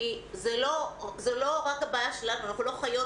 כי זה לא רק הבעיה שלנו, אנחנו לא חיות